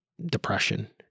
Depression